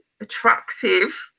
attractive